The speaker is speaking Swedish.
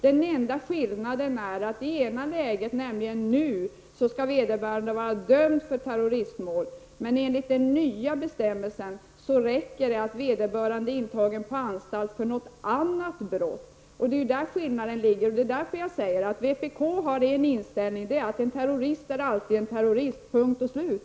Den enda skillnaden är att det i det ena läget, nämligen nu, skall vederbörande vara dömd för terroristbrott, men enligt den nya bestämmelsen räcker det med att vederbörande är intagen på anstalt för något annat brott. Det är därför jag säger att vpk har en inställning, nämligen att en terrorist alltid är en terrorist — punkt och slut.